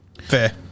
Fair